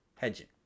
Hedging